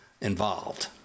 involved